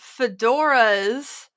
fedoras